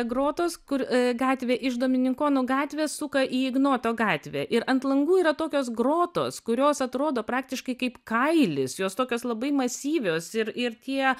grotos kur gatvė iš domininkonų gatvės suka į ignoto gatvę ir ant langų yra tokios grotos kurios atrodo praktiškai kaip kailis jos tokios labai masyvios ir ir tie